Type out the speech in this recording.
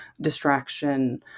distraction